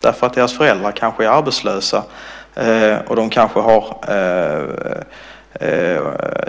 Deras föräldrar kanske är arbetslösa och de kanske